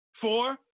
four